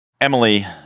Emily